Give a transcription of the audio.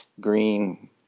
green